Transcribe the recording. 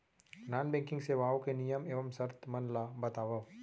non banking सेवाओं के नियम एवं शर्त मन ला बतावव